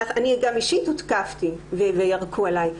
אני גם הותקפתי אישית וירקו עלי,